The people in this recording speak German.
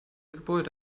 gebäude